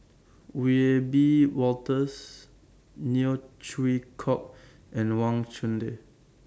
Wiebe Wolters Neo Chwee Kok and Wang Chunde